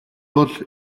бол